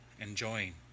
enjoying